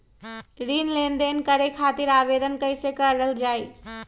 ऋण लेनदेन करे खातीर आवेदन कइसे करल जाई?